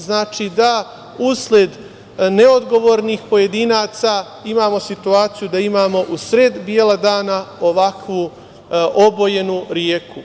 Znači, usled neodgovornih pojedinaca imamo situaciju da imamo u sred bela dana ovakvu obojenu reku.